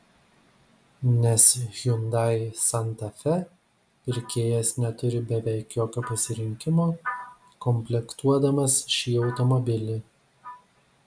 nes hyundai santa fe pirkėjas neturi beveik jokio pasirinkimo komplektuodamas šį automobilį